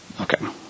Okay